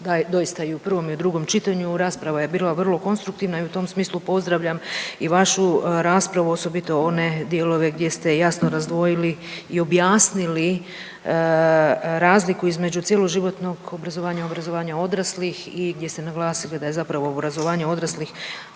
doista i u prvom i u drugom čitanju rasprava je bila vrlo konstruktivna i u tom smislu pozdravljam i vašu raspravu, osobito one dijelove gdje ste jasno razdvojili i objasnili razliku između cjeloživotnog obrazovanja, obrazovanja odraslih i gdje ste naglasili da je zapravo obrazovanje odraslih